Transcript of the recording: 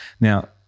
Now